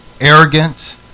arrogant